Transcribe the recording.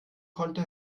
konnte